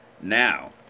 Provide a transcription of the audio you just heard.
Now